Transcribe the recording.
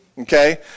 Okay